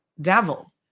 devil